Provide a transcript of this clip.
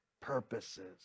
purposes